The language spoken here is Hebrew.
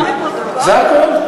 זה הכול.